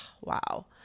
wow